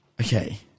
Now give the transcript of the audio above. Okay